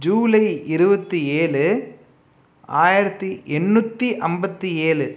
ஜூலை இருபத்தி ஏழு ஆயிரத்தி எண்ணூத்தி ஐம்பத்தி ஏழு